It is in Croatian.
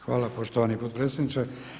Hvala poštovani potpredsjedniče.